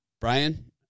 Brian